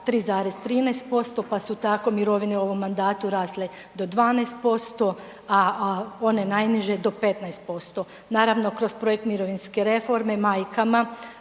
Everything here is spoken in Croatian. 3,13% pa su tako mirovine u ovom mandatu rasle do 12%, a one najniže do 15%. Naravno kroz projekt mirovinske reforme majkama